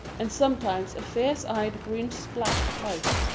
and sometimes a fierce-eyed green-splashed pike,